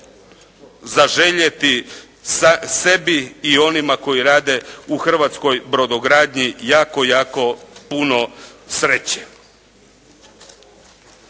zaželjeti sebi i onima koji rade u hrvatskoj brodogradnji jako, jako puno sreće.